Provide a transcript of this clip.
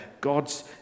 God's